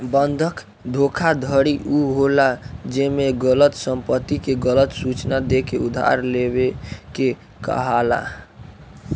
बंधक धोखाधड़ी उ होला जेमे गलत संपत्ति के गलत सूचना देके उधार लेवे के कहाला